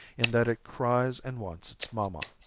in that it cries and wants its mamma.